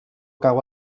cau